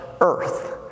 earth